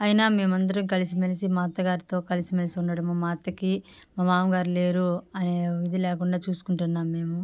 అయినా మేమందరం కలిసి మెలిసి మా అత్త గారితో కలిసి మెలిసి ఉండడము మా అత్తకి మా మామగారు లేరు అనే ఇది లేకుండా చూసుకుంటున్నాం మేము